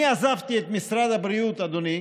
אני עזבתי את משרד הבריאות, אדוני,